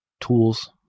tools